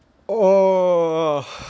oh